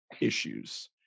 issues